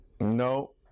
No